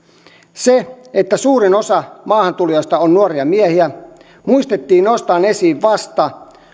se että suurin osa maahantulijoista on nuoria miehiä muistettiin nostaa esiin vasta